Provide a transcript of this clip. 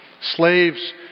Slaves